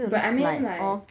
but I mean like